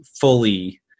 fully